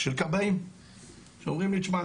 של כבאים שאומרים לי 'תשמע,